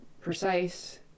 precise